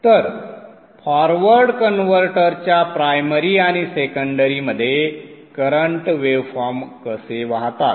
तर फॉरवर्ड कन्व्हर्टरच्या प्रायमरी आणि सेकंडरी मध्ये करंट वेवफॉर्म कसे वाहतात